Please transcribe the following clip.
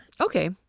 Okay